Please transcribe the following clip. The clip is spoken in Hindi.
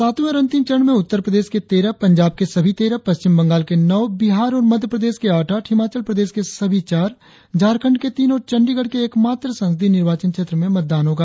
सातवें और अंतिम चरण में उत्तर प्रदेश के तेरह पंजाब के सभी तेरह पश्चिम बंगाल के नौ बिहार और मध्य प्रदेश के आठ आठ हिमाचल प्रदेश के सभी चार झारझंड के तीन और चंडीगढ़ के एकमात्र संसदीय निर्वाचन क्षेत्र में मतदान होगा